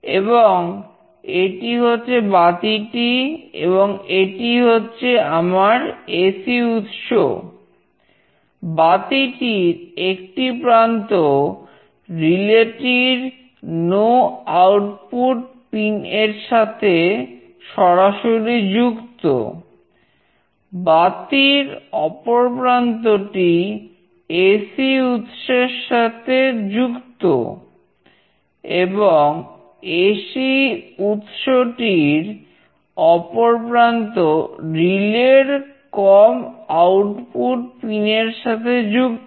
এবং এটি হচ্ছে বাতিটি এবং এটি হচ্ছে আমার এসি এর সাথে যুক্ত